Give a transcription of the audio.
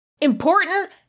important